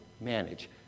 manage